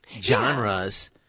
genres